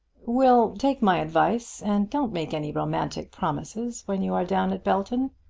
will, take my advice, and don't make any romantic promises when you are down at belton.